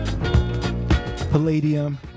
Palladium